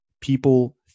people